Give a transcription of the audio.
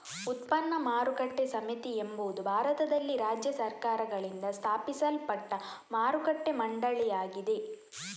ಉತ್ಪನ್ನ ಮಾರುಕಟ್ಟೆ ಸಮಿತಿ ಎಂಬುದು ಭಾರತದಲ್ಲಿ ರಾಜ್ಯ ಸರ್ಕಾರಗಳಿಂದ ಸ್ಥಾಪಿಸಲ್ಪಟ್ಟ ಮಾರುಕಟ್ಟೆ ಮಂಡಳಿಯಾಗಿದೆ